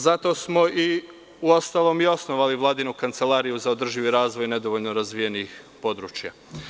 Zato smo i uostalom i osnovali Vladinu Kancelariju za održivi razvoj nedovoljno razvijenih područja.